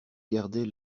gardait